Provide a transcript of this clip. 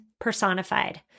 personified